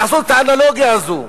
לעשות את האנלוגיה הזאת.